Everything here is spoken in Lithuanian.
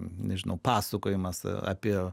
nežinau pasakojimas apie